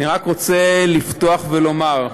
אני רק רוצה לפתוח ולומר,